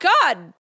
God